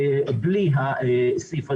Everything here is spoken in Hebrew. יכול להיות שצריך לעשות הפסקה